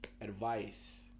advice